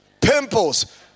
pimples